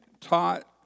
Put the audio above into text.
taught